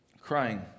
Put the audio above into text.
crying